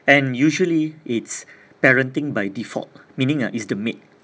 and usually it's parenting by default meaning ah is the maid